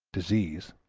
disease